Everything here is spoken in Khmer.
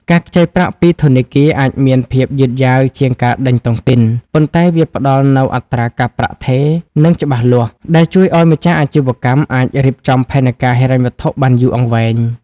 ការខ្ចីប្រាក់ពីធនាគារអាចមានភាពយឺតយ៉ាវជាងការដេញតុងទីន ប៉ុន្តែវាផ្ដល់នូវអត្រាការប្រាក់ថេរ និងច្បាស់លាស់ ដែលជួយឱ្យម្ចាស់អាជីវកម្មអាចរៀបចំផែនការហិរញ្ញវត្ថុបានយូរអង្វែង។